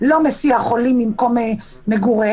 לא מסיע חולים ממקום מגוריהם,